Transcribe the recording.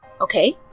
Okay